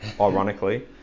ironically